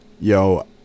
yo